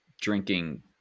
drinking